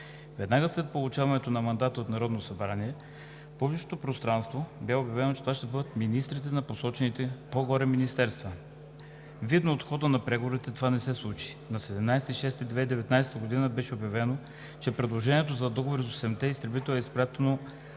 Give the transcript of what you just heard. Веднага след получаването на мандата от Народното събрание в публичното пространство бе обявено, че това ще бъдат министрите на посочените по-горе министерства. Видно от хода на преговорите, това не се случи. На 17 юни 2019 г. беше обявено, че предложението за договор за осемте изтребителя е изпратено